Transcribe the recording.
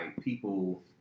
people